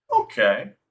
okay